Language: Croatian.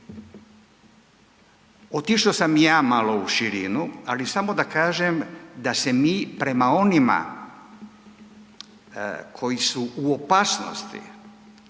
Otišao sam i ja malo u širinu, ali samo da kažem da se mi prema onima koji su u opasnosti